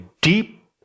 deep